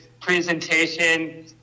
presentation